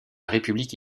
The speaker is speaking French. république